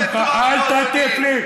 למה התקזזת?